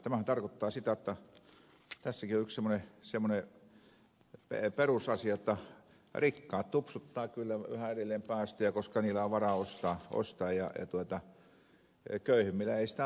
tämähän tarkoittaa sitä jotta tässäkin on yksi semmoinen perusasia jotta rikkaat tupsuttavat kyllä yhä edelleen päästöjä koska heillä on varaa ostaa ja köyhimmillä ei sitä ole